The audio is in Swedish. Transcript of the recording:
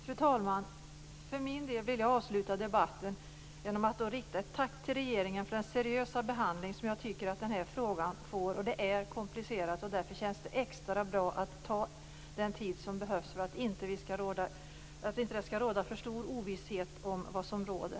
Fru talman! För min del vill jag avsluta debatten genom att rikta ett tack till regeringen för den seriösa behandling som jag tycker att den här frågan får. Den är komplicerad, och därför känns det extra bra att man skall ta den tid som behövs för att det inte skall råda för stor ovisshet om vad som gäller.